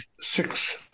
six